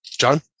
john